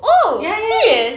oh serious